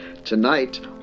Tonight